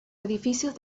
edificios